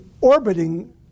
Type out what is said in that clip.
orbiting